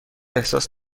احساس